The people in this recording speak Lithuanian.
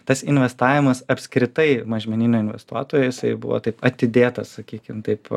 tas investavimas apskritai mažmeninių investuotojų jisai buvo taip atidėtas sakykim taip